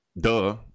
Duh